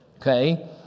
okay